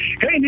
Hey